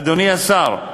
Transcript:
אדוני השר,